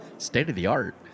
State-of-the-art